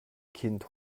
kind